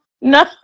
No